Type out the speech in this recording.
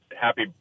happy